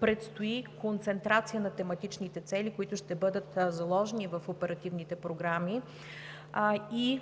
предстои концентрация на тематичните цели, които ще бъдат заложени в оперативните програми, и